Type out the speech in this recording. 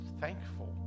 thankful